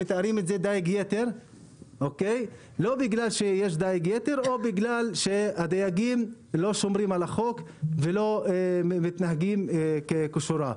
בגלל דיג-יתר או בגלל שהדייגים לא שומרים על החוק ולא מתנהגים כשורה,